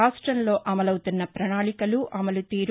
రాష్ట్రంలో అమలవుతున్న పణాళికలు అమలు తీరు